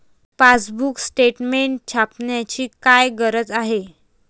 Passbook statement छापण्याची काय गरज आहे?